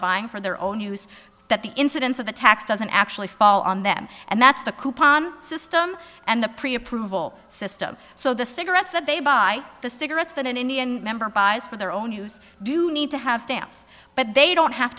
buying for their own use that the incidence of the tax doesn't actually fall on them and that's the coupon system and the pre approval system so the cigarettes that they buy the cigarettes that an indian member buys for their own use do need to have stamps but they don't have